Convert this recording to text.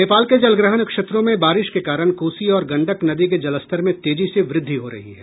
नेपाल के जलग्रहण क्षेत्रों में बारिश के कारण कोसी और गंडक नदी के जलस्तर में तेजी से वृद्धि हो रही है